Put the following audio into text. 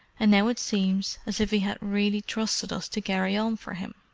and now it seems as if he had really trusted us to carry on for him.